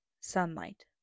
sunlight